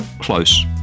close